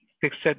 fixed